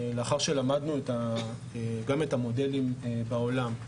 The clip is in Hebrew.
לאחר שלמדנו גם את המודלים בעולם,